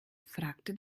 fragte